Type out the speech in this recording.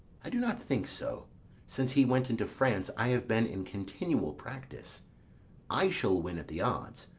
i do not think so since he went into france i have been in continual practice i shall win at the odds.